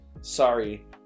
sorry